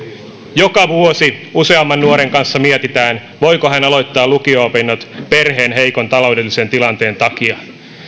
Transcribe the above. joka vuosi useamman nuoren kanssa mietitään voiko hän aloittaa lukio opinnot perheen heikon taloudellisen tilanteen takia